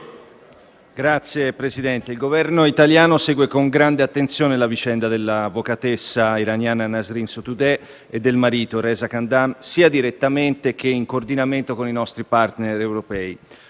il Governo italiano segue con grande attenzione la vicenda dell'avvocatessa iraniana Nasrin Sotoudeh e del marito Reza Khandan, sia direttamente che in coordinamento con i *partner* europei.